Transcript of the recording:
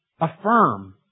Affirm